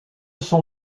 son